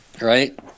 Right